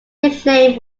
nickname